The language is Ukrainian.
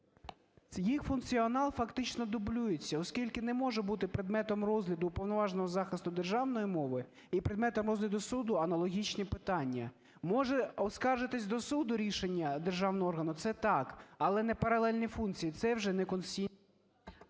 Їх функціонал фактично дублюється, оскільки не може бути предметом розгляду Уповноваженого із захисту державної мови і предметом розгляду суду аналогічні питання. Може оскаржитись до суду рішення державного органу - це так, але не паралельні функції. Це вже не… ГОЛОВУЮЧИЙ.